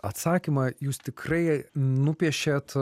atsakymą jūs tikrai nupiešėt